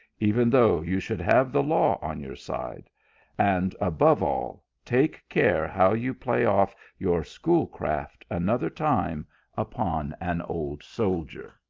even though you should have the law on your side and, above all, take care how you play off your schoolcraft another time upon an old soldier.